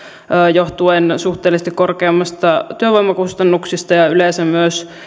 johtuen suhteellisesti korkeammista työvoimakustannuksista ja yleensä myös